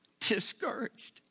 discouraged